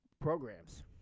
programs